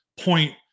point